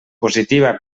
positiva